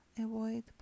avoid